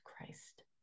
Christ